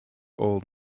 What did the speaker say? old